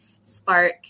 spark